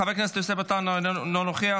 חבר הכנסת יוסף עטאונה, אינו נוכח.